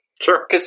Sure